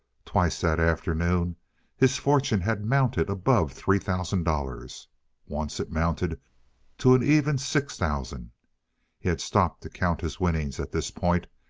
twice that afternoon his fortune had mounted above three thousand dollars once it mounted to an even six thousand. he had stopped to count his winnings at this point,